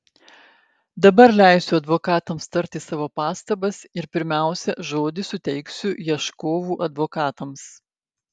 dabar leisiu advokatams tarti savo pastabas ir pirmiausia žodį suteiksiu ieškovų advokatams